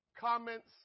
comments